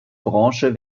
branche